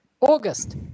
August